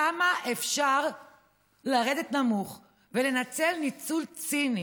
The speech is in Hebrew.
כמה אפשר לרדת נמוך ולנצל ניצול ציני